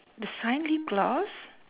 the shine lip gloss